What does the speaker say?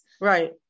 Right